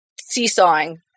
seesawing